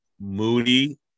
moody